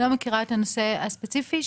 מכירה את הנושא הספציפי,